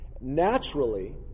Naturally